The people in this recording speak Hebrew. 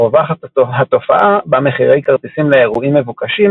רווחת התופעה בה מחירי כרטיסים לאירועים מבוקשים